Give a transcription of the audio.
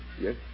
Yes